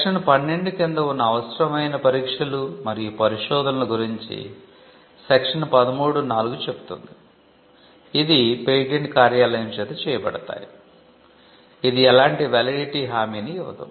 section 12 కింద ఉన్న అవసరమైన పరీక్షలు మరియు పరిశోధనలు గురించి సెక్షన్ 13 హామీని ఇవ్వదు